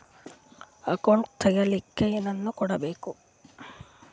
Account ತೆಗಿಲಿಕ್ಕೆ ಏನೇನು ಕೊಡಬೇಕು?